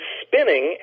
spinning